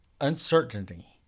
uncertainty